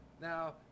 Now